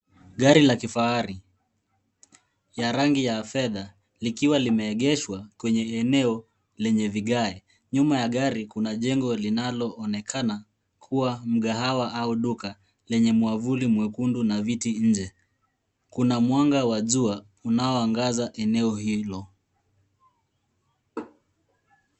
Gari la kifahari ya rangi ya fedha, likiwa limeegeshwa kwenye eneo lenye vigae. Nyuma ya gari, kuna jengo linaloonekana kua mkahawa au duka, lenye mwavuli mwekundu na viti nje. Kuna mwanga wa jua, unaoangaza eneo hilo.